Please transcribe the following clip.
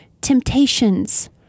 temptations